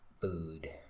Food